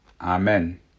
Amen